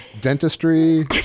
Dentistry